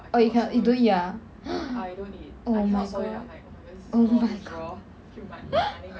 oh you cannot you don't eat ah oh my god oh my god